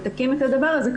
ותקים את הדבר הזה,